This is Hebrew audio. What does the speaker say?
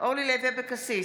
אורלי לוי אבקסיס,